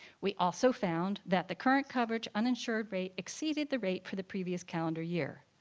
we also found that the current coverage uninsured rate exceeded the rate for the previous calendar year.